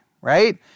right